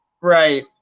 Right